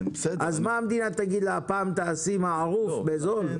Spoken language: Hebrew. אז מה, המדינה תגיד שהפעם תעשי את הבדיקה בזול?